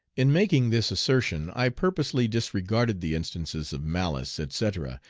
in making this assertion i purposely disregard the instances of malice, etc,